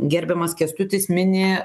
gerbiamas kęstutis mini